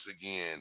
again